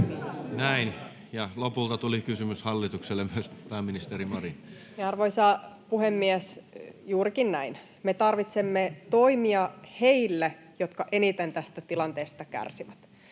Näin, ja lopulta tuli kysymys hallitukselle myös. — Pääministeri Marin. Arvoisa puhemies! Juurikin näin. Me tarvitsemme toimia heille, jotka eniten tästä tilanteesta kärsivät.